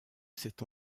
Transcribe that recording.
cet